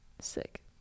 sick